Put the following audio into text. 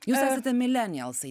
jūs esate milenialsai